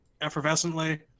effervescently